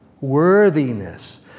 worthiness